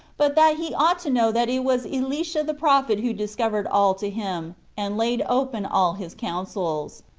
but that he ought to know that it was elisha the prophet who discovered all to him, and laid open all his counsels.